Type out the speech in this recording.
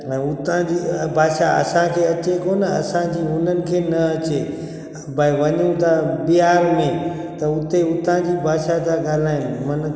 ऐं हुतां जी भाषा असांखे अचे कोन असांजी हुननि खे न अचे भई वञूं त बिहार में त हुते हुतां जी भाषा ता ॻाल्हायनि माना